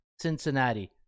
Cincinnati